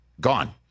Gone